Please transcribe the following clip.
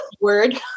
word